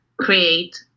create